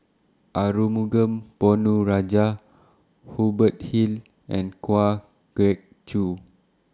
Arumugam Ponnu Rajah Hubert Hill and Kwa Geok Choo